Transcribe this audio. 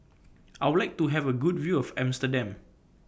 I Would like to Have A Good View of Amsterdam